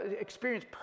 experience